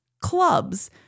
clubs